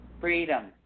freedom